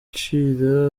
abacira